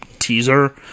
teaser